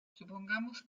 supongamos